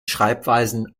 schreibweisen